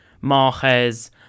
Marquez